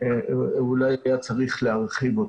ואולי היה צריך להרחיב אותה.